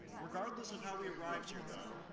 regardless of how we arrived here, though,